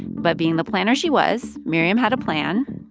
but being the planner she was, miriam had a plan.